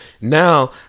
Now